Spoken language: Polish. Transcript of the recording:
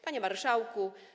Panie Marszałku!